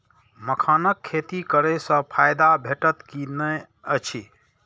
मखानक खेती करे स फायदा भेटत की नै अछि?